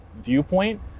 viewpoint